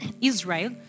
Israel